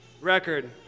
record